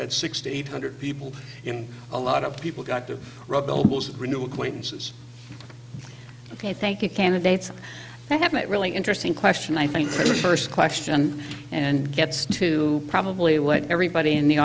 had sixty eight hundred people in a lot of people got to rub elbows renew acquaintances ok thank you candidates i haven't really interesting question i think for the first question and gets to probably let everybody in the